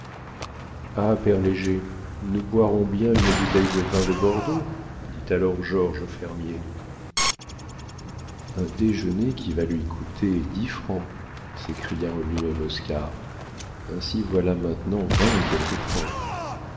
père léger nous boirons bien une bouteille de vin de bordeaux dit alors georges au fermier un déjeuner qui va lui coûter dix francs s'écria en lui-même oscar ainsi voilà maintenant vingt et